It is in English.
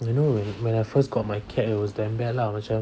you know when I first got my cat it was that bad lah macam